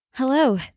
Hello